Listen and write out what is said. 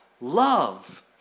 love